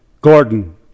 Gordon